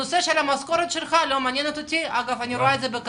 הנושא של המשכורת שלך לא מעניין אותי, אני יכולה